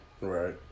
right